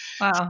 Wow